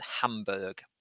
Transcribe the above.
Hamburg